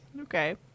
Okay